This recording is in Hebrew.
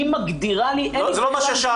היא מגדירה לי --- זה לא מה ששאלתי.